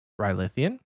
Rylithian